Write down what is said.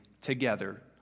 together